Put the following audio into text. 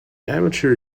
amateur